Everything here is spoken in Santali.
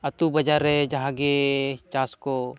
ᱟᱛᱳ ᱵᱟᱡᱟᱨ ᱨᱮ ᱡᱟᱦᱟᱸ ᱜᱮ ᱪᱟᱥ ᱠᱚ